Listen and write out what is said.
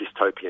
dystopian